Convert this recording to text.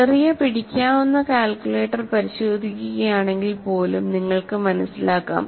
ചെറിയ പിടിക്കാവുന്ന കാൽക്കുലേറ്റർ പരിശോധിക്കുകയാണെങ്കിൽ പോലും നിങ്ങൾക്ക് മനസിലാക്കാം